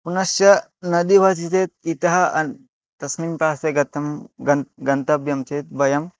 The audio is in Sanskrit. पुनश्च नदी भवति चेत् इतः तस्मिन् पार्श्वे गतं गन् गन्तव्यं चेत् वयं